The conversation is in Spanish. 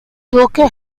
duque